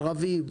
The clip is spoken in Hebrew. ערבים,